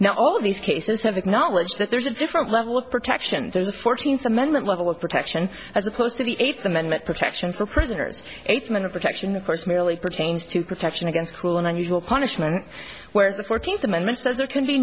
now all of these cases have acknowledged that there's a different level of protection there's a fourteenth amendment level of protection as opposed to the eighth amendment protections for prisoners eight minute protection of course merely pertains to protection against cruel and unusual punishment whereas the fourteenth amendment says there can be